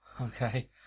Okay